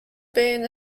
been